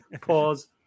Pause